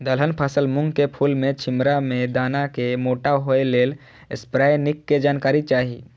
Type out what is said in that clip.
दलहन फसल मूँग के फुल में छिमरा में दाना के मोटा होय लेल स्प्रै निक के जानकारी चाही?